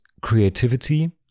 creativity